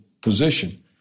position